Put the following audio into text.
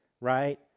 right